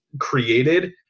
created